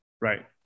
Right